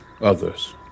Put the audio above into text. others